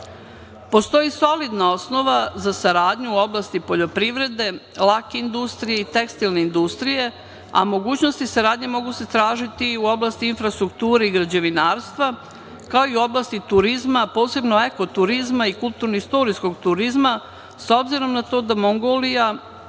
dolara. Postoji solidna osnova za saradnju u oblasti poljoprivrede, lake industrije i tekstilne industrije, a mogućnosti saradnje mogu se tražiti i u oblasti infrastrukture i građevinarstva, kao i u oblasti turizma, posebno eko-turizma i kulturno-istorijskog turizma, s obzirom na to da Mongolija